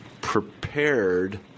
prepared